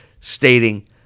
stating